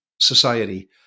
society